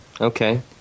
okay